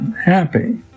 happy